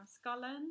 Scotland